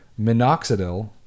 minoxidil